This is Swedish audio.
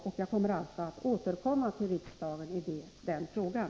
Jag återkommer alltså till riksdagen i den frågan.